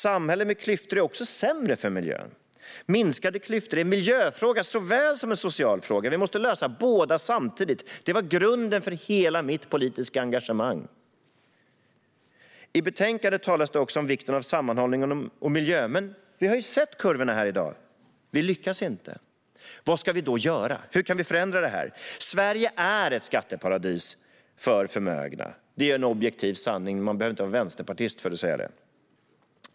Samhällen med klyftor är också sämre för miljön. Minskade klyftor är en miljöfråga såväl som en social fråga. Vi måste lösa båda samtidigt. Det var grunden för hela mitt politiska engagemang. I betänkandet talas det också om vikten av sammanhållning och miljö, men vi har ju sett kurvorna här i dag. Vi lyckas inte. Vad ska vi då göra? Hur kan vi förändra detta? Sverige är ett skatteparadis för förmögna. Det är en objektiv sanning. Man behöver inte vara vänsterpartist för att säga det.